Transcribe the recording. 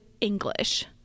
English